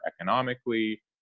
economically